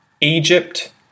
Egypt